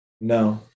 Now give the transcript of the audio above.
No